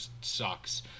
sucks